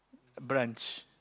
brunch